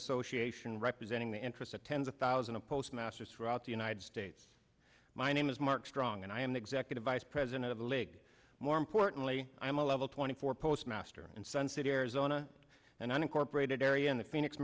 association representing the interests of tens of thousand of postmasters throughout the united states my name is mark strong and i am the executive vice president of the league more importantly i'm a level twenty four postmaster in sun city arizona an unincorporated area in the phoenix